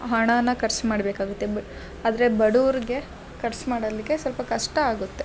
ಹಣಾನ ಖರ್ಚ್ ಮಾಡಬೇಕಾಗುತ್ತೆ ಬ ಆದರೆ ಬಡ್ವರ್ಗೆ ಖರ್ಚ್ ಮಾಡಲಿಕ್ಕೆ ಸ್ವಲ್ಪ ಕಷ್ಟ ಆಗುತ್ತೆ